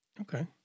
Okay